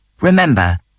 Remember